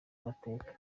amateka